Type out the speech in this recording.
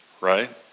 Right